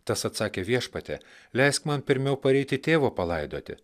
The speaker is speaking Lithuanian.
tas atsakė viešpatie leisk man pirmiau pareiti tėvo palaidoti